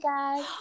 guys